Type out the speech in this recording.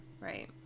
Right